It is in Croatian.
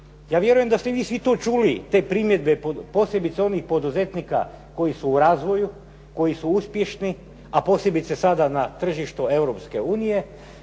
Ja vjerujem da ste vi svi tu čuli te primjedbe posebice onih poduzetnika koji su u razvoju, koji su uspješni, a posebice sada na tržištu